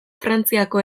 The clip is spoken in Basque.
frantziako